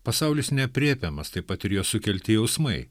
pasaulis neaprėpiamas taip pat ir jo sukelti jausmai